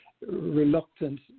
reluctant